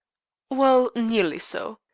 well, nearly so.